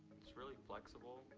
it's really flexible.